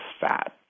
fat